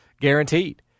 guaranteed